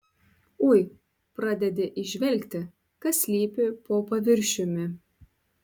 ui pradedi įžvelgti kas slypi po paviršiumi